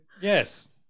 Yes